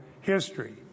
history